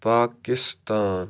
Pakistan